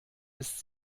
ist